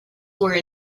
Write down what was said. were